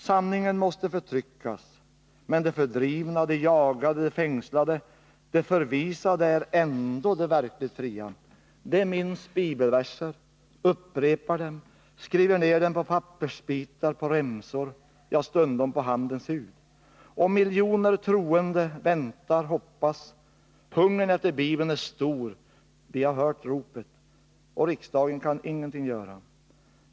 Sanningen måste förtryckas. Men de fördrivna, de jagade, de fängslade, de förvisade är ändå de verkligt fria — de minns bibelverser, upprepar dem, skriver ner dem på pappersbitar, på remsor, ja, stundom på handens hud. Och miljoner troende väntar, hoppas. Hungern efter Bibeln är stor. Vi har hört ropet. Och riksdagen kan ingenting göra.